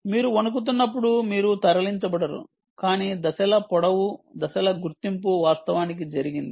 మీరు వణుకుతున్నప్పుడు మీరు కదలరు కాని దశల పొడవు దశల గుర్తింపు వాస్తవానికి జరిగింది